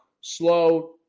Slow